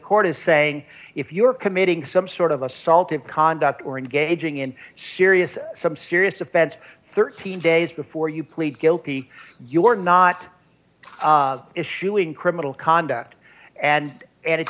court is saying if you're committing some sort of assault and conduct or engaging in serious some serious offense thirteen days before you plead guilty you're not issuing criminal conduct and and it